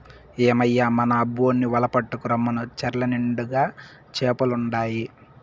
ఏమయ్యో మన అబ్బోన్ని వల పట్టుకు రమ్మను చెర్ల నిండుగా చేపలుండాయి